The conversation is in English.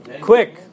Quick